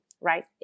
right